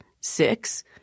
six